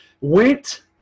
went